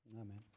Amen